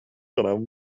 کنم